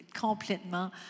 complètement